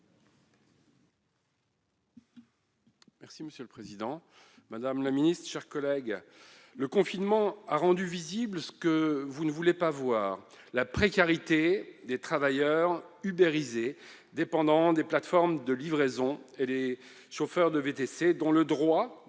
Monsieur le président, madame la secrétaire d'État, mes chers collègues, le confinement a rendu visible ce que vous ne voulez pas voir : la précarité des travailleurs « ubérisés », dépendants des plateformes de livraison, et les chauffeurs de VTC, dont le droit dit